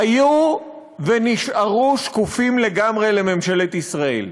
היו ונשארו שקופים לגמרי לממשלת ישראל.